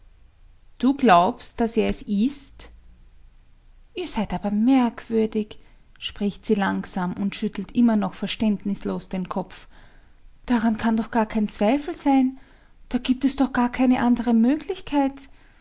du glaubst daß er es ist ihr seid aber merkwürdig spricht sie langsam und schüttelt immer noch verständnislos den kopf daran kann doch gar kein zweifel sein da gibt es doch gar keine andere möglichkeit